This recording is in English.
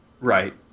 Right